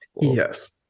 yes